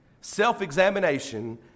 Self-examination